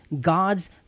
God's